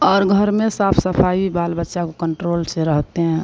और घर में साफ सफाई बाल बच्चा को कंट्रोल से रहते हैं